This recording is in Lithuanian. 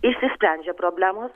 išsisprendžia problemos